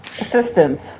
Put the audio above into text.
Assistance